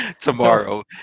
tomorrow